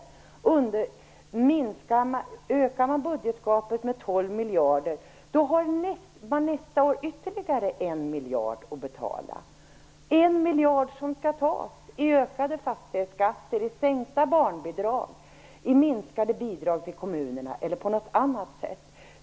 Om man ökar budgetgapet med 12 miljarder har man nästa år ytterligare en miljard att betala. En miljard som skall tas i ökade fastighetsskatter, sänkta barnbidrag, minskade bidrag till kommunerna eller på något annat sätt.